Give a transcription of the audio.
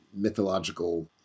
mythological